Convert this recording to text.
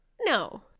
no